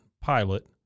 pilot